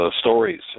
stories